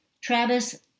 Travis